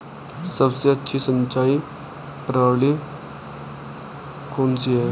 सबसे अच्छी सिंचाई प्रणाली कौन सी है?